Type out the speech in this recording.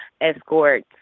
escort